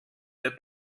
der